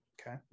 okay